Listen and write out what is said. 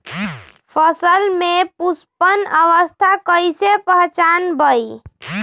फसल में पुष्पन अवस्था कईसे पहचान बई?